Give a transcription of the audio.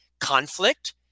conflict